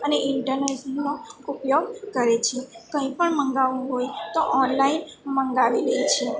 અને ઇન્ટરનેટનો ઉપયોગ કરે છે કંઈપણ મંગાવવું હોય તો ઓનલાઇન મંગાવી લે છે